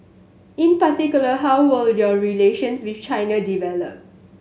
in particular how will your relations with China develop